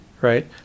right